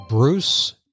Bruce